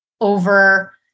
over